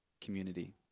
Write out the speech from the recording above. community